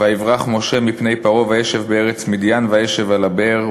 ויברח משה מפני פרעה וישב בארץ מדין וישב על הבאר.